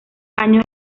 años